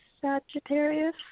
Sagittarius